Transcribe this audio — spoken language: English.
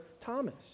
Thomas